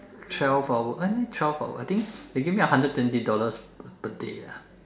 twelve hour eh twelve hour I think they gave me a hundred and twenty dollars per day lah